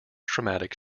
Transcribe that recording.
traumatic